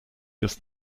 des